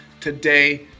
today